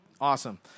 Awesome